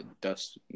Dust